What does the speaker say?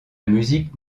musique